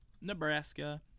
Nebraska